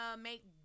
make